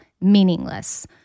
meaningless